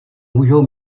můžou